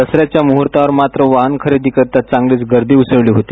दसऱ्याच्या मुहूर्तावरमात्र वाहन खरेदीकरिता चांगलीच गर्दी उसळली होती